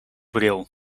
bril